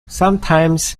sometimes